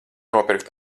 nopirkt